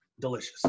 delicious